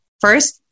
first